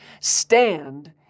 Stand